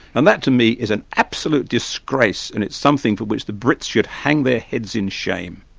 and that to me is an absolute disgrace, and it's something for which the brits should hang their heads in shame.